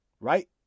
Right